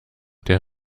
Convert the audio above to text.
der